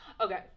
okay